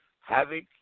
Havoc